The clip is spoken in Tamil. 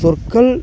சொற்கள்